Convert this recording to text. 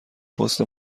پست